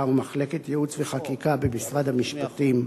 ומחלקת ייעוץ וחקיקה במשרד המשפטים: